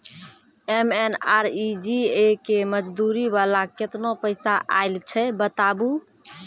MNREGA के मज़दूरी वाला केतना पैसा आयल छै बताबू?